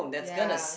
ya